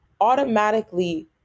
automatically